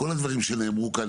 כל הדברים שנאמרו כאן,